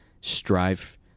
strive